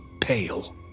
pale